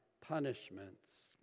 punishments